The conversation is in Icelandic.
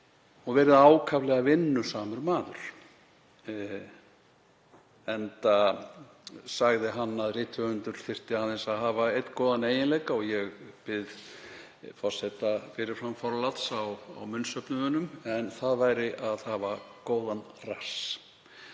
og verið ákaflega vinnusamur maður. Enda sagði hann að rithöfundur þyrfti aðeins að hafa einn góðan eiginleika, og ég bið forseta fyrir fram forláts á munnsöfnuðinum, en það væri að hafa góðan rass,